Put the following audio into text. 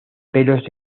pelos